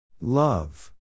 Love